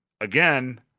again